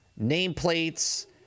nameplates